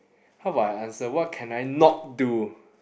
how about I answer what can I not do